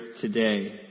today